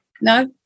no